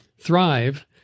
thrive